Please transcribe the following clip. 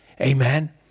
Amen